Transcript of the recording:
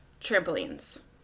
trampolines